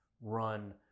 run